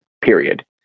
period